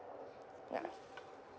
ya